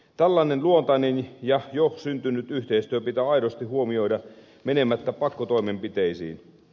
tällainen luontainen ja jo syntynyt yhteistyö pitää aidosti huomioida menemättä pakkotoimenpiteisiin